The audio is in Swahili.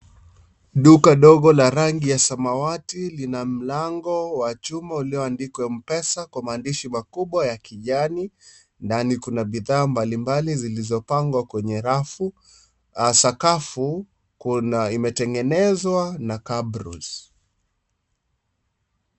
Duka dogo la rangi ya samawati lina mlango wa chuma ulioandikwa Mpesa kwa maandishi makubwa ya kijani ndani kuna bidhaa mbalimbali zilizopangwa kwenye rafu, sakafu imeengenezwa na cabros .